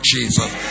Jesus